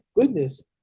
goodness